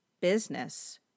business